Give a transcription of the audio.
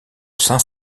saint